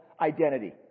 identity